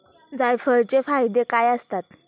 जायफळाचे फायदे काय असतात?